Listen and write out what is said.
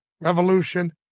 revolution